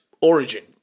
origin